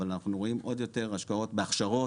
אבל אנחנו רואים עוד יותר השקעות בהכשרות,